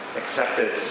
accepted